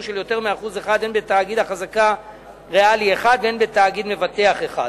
של יותר מ-1% הן בתאגיד החזקה ריאלי אחד והן בתאגיד מבטח אחד.